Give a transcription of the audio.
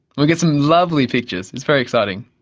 we get some lovely pictures, it's very exciting.